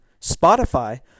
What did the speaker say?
Spotify